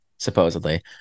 supposedly